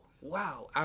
wow